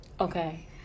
Okay